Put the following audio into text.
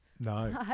No